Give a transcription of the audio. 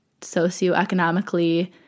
socioeconomically